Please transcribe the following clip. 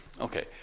Okay